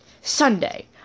Sunday